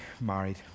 married